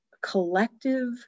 collective